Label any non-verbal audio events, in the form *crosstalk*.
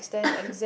*coughs*